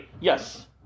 Yes